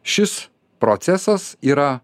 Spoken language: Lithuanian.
šis procesas yra